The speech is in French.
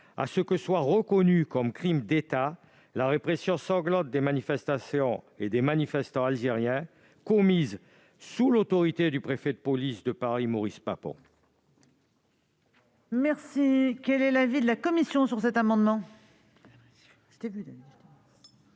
à ce que soit reconnue comme crime d'État la répression sanglante des manifestants algériens qui a été commise sous l'autorité du préfet de police de Paris Maurice Papon.